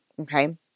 Okay